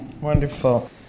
Wonderful